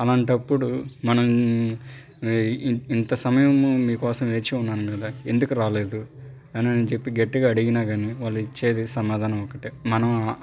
అలాంటప్పుడు మనం ఇంత సమయము మీకోసం వేచి ఉన్నాను కదా ఎందుకు రాలేదు అనని చెప్పి గట్టిగా అడిగినా కాని వాళ్ళు ఇచ్చేది సమాధానం ఒకటే మనం